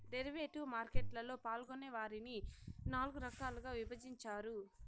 derivative market లలో పాల్గొనే వారిని నాల్గు రకాలుగా విభజించారు